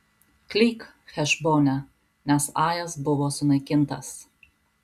klyk hešbone nes ajas buvo sunaikintas